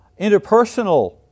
Interpersonal